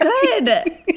good